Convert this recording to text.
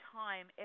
time